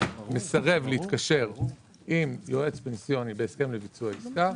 מסרב להתקשר עם יועץ פנסיוני בהסכם לביצוע עסקה,